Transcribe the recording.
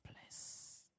place